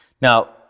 Now